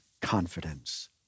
confidence